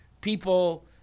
people